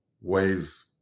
ways